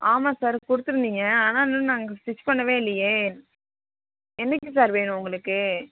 ஆமாம் சார் கொடுத்துருந்தீங்க ஆனால் இன்னும் நாங்கள் ஸ்டிச் பண்ணவே இல்லையே என்னைக்கு சார் வேணும் உங்களுக்கு